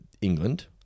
England